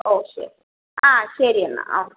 ഓ ശരി ആ ശരി എന്നാൽ ഓ ശരി